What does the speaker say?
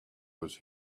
was